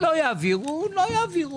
לא יעבירו לא יעבירו.